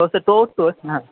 तो सर तोच तोच ना